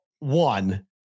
one